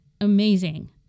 amazing